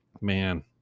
Man